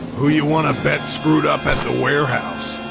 who you want to bet screwed up at the warehouse?